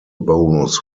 bonus